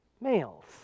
males